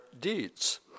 deeds